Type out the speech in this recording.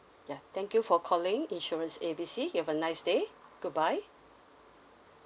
ya thank you for calling insurance A B C you have a nice day goodbye